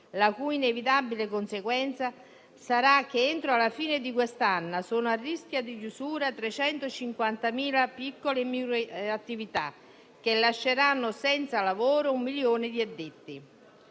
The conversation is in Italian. L'inevitabile conseguenza sarà che, entro alla fine di quest'anno, sono a rischio di chiusura 350.000 piccole attività, che lasceranno senza lavoro un milione di addetti.